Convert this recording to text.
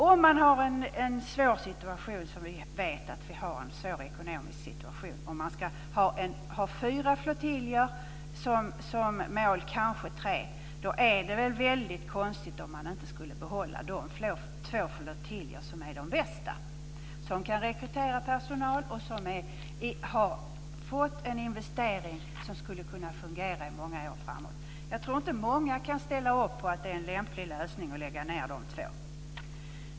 Om man har en svår ekonomisk situation, som vi vet att vi har, och man ska ha fyra flottiljer som mål, kanske tre, är det väl väldigt konstigt om man inte behåller de två flottiljer som är de bästa, som kan rekrytera personal och som har fått en investering som skulle kunna fungera i många år framåt. Jag tror inte att många kan ställa upp på att det är en lämplig lösning att lägga ned dessa två.